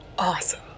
Awesome